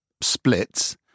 splits